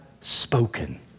spoken